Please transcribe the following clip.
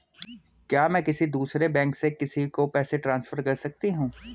क्या मैं किसी दूसरे बैंक से किसी को पैसे ट्रांसफर कर सकती हूँ?